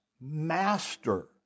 master